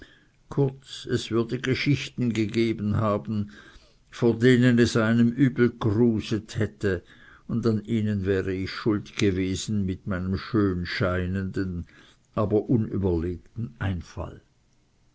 kurz es würde geschichten gegeben haben vor denen es einem übel gruset hätte und an ihnen wäre ich schuld gewesen mit meinem schön scheinenden aber unüberlegten einfall